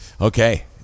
Okay